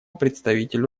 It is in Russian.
представителю